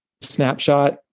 snapshot